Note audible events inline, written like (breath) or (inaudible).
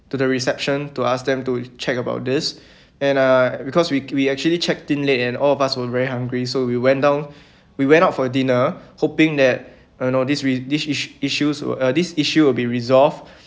to the reception to ask them to check about this (breath) and uh because we we actually checked in late and all of us were very hungry so we went down (breath) we went out for dinner hoping that uh no this re~ this iss~ iss~ issues uh this issue will be resolved